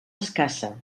escassa